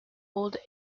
old